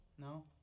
No